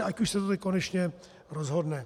Ať už se to konečně rozhodne.